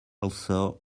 also